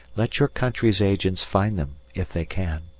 let your country's agents find them if they can.